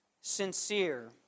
sincere